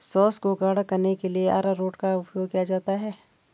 sauce को गाढ़ा करने के लिए अरारोट का उपयोग किया जाता है